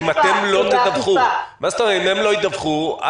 אם הם לא ידווחו,